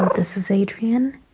this is adrian.